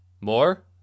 More